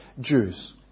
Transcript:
Jews